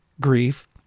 grief